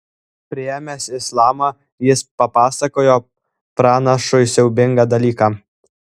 priėmęs islamą jis papasakojo pranašui siaubingą dalyką